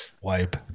wipe